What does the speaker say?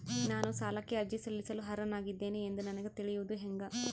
ನಾನು ಸಾಲಕ್ಕೆ ಅರ್ಜಿ ಸಲ್ಲಿಸಲು ಅರ್ಹನಾಗಿದ್ದೇನೆ ಎಂದು ನನಗ ತಿಳಿಯುವುದು ಹೆಂಗ?